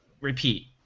repeat